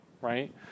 right